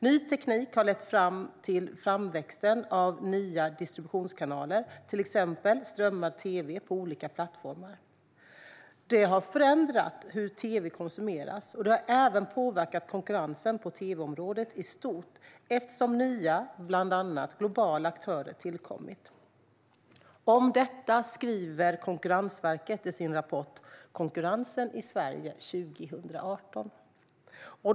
Ny teknik har lett till framväxten av nya distributionskanaler, till exempel strömmad tv på olika plattformar. Det har förändrat hur tv konsumeras, och det har även påverkat konkurrensen på tv-området i stort eftersom nya, bland annat globala, aktörer tillkommit. Om detta skriver Konkurrensverket i sin rapport Konkurrensen i Sverige 2018 .